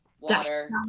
Water